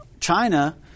China